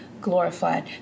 glorified